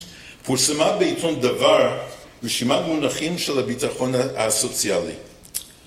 פורסמה בעיתון דבר רשימת מונחים של הביטחון הסוציאלי